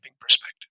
perspective